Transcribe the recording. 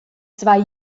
zwei